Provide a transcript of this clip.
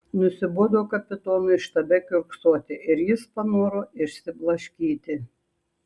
nusibodo kapitonui štabe kiurksoti ir jis panoro išsiblaškyti